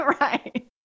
Right